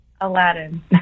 Aladdin